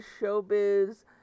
Showbiz